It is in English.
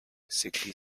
sickly